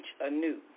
anew